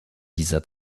dieser